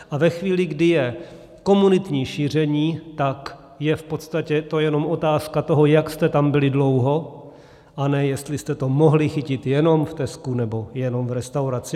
A ve chvíli, kdy je komunitní šíření, tak je to v podstatě jenom otázka toho, jak jste tam byli dlouho, a ne jestli jste to mohli chytit jenom v Tescu nebo jenom v restauraci.